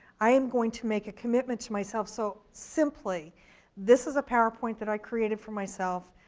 i am going to make a commitment to myself, so simply this is a powerpoint that i created for myself,